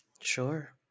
Sure